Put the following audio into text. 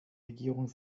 regierung